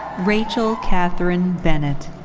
rachel catherine bennett.